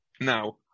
Now